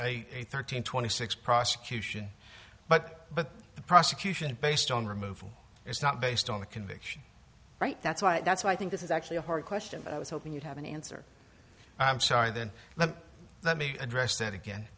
a thirteen twenty six prosecution but but the prosecution based on removal it's not based on the conviction right that's why that's why i think this is actually a hard question but i was hoping you'd have an answer i'm sorry then but let me address that again